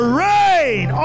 rain